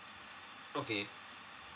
okay